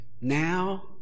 now